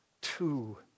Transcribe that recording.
two